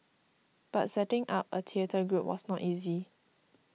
but setting up a theatre group was not easy